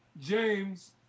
James